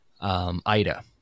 IDA